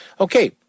okay